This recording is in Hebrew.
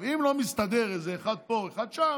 אם לא מסתדר איזה אחד פה או אחד שם,